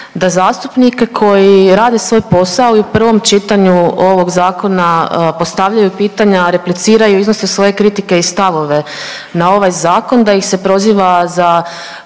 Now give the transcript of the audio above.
da zastupnike koji rade svoj posao i u prvom čitanju ovog Zakona postavljaju pitanja, repliciraju, iznose svoje kritike i stavove na ovaj Zakon, da ih se proziva za